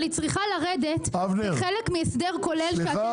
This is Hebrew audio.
אבל היא צריכה לרדת כחלק מהסדר כולל שאתם תעשו.